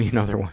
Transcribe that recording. nothing.